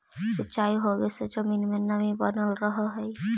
सिंचाई होवे से जमीन में नमी बनल रहऽ हइ